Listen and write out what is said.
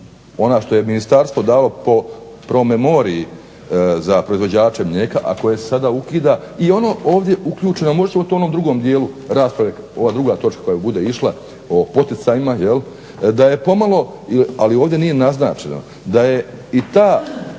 ono što je ministarstvo dalo po promemoriji za proizvođače mlijeka, a koje se sada ukida i ono ovdje uključeno. Možda će to u onom drugom dijelu rasprave, ove druge točka koja bude išla o poticajima ali ovdje nije naznačeno da je i ta